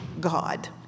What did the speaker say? God